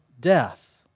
death